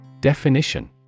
Definition